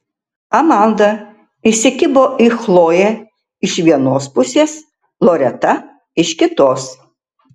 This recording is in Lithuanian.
amanda įsikibo į chloję iš vienos pusės loreta iš kitos